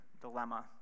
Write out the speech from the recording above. dilemma